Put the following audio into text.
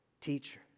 teacher